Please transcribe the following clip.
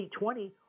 2020